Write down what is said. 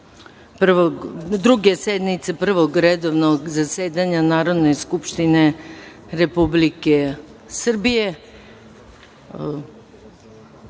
Druge sednice Prvog redovnog zasedanja Narodne skupštine Republike Srbije. Danas